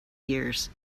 years